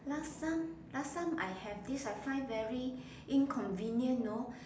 last time last time I have this I find very inconvenient know